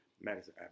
Madison